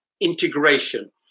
integration